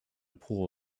pool